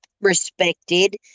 respected